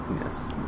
Yes